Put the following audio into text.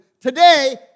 Today